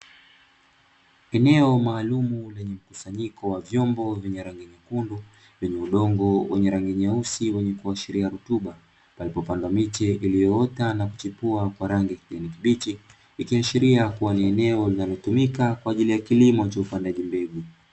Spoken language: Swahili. Eneo maalumu lenye mkusanyiko wa vyombo vyenye rangi nyekundu vyenye udongo wenye rangi nyeusi, wenye kuashiria rutuba palipopandwa miche iliyoota na kuchipua kwa rangi ya kijani kibichi ikiashiria kuwa ni eneo linalotumika kwa ajili ya kilimo cha upandaji mbegu.